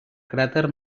cràter